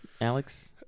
alex